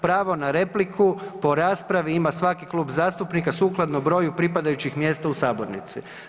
Pravo na repliku po raspravi ima svaki klub zastupnika sukladno broju pripadajućih mjesta u sabornici.